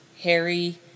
Harry